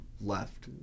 left